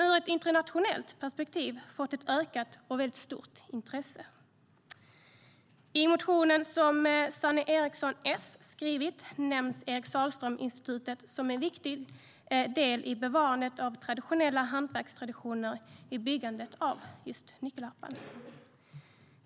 Ur ett internationellt perspektiv har instrumentet dock fått ett ökat och ett väldigt stort intresse.I motionen som Sanne Eriksson, S, skrivit nämns Eric Sahlström Institutet som en viktig del i bevarandet av traditionella hantverkstraditioner i byggandet av just nyckelharpan.